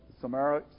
summary